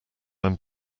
when